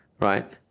right